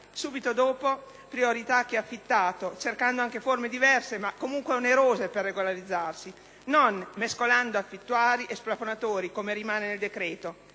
sarebbe data priorità a chi ha affittato, cercando anche forme diverse ma comunque onerose per regolarizzarsi, non mescolando affittuari e splafonatori, come rimane stabilito